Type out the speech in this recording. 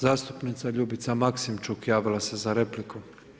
Zastupnica Ljubica Maksimčuk javila se za repliku.